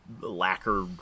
lacquer